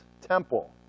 temple